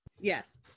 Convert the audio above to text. Yes